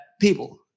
people